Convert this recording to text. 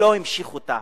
הוא לא המשיך אותו.